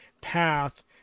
path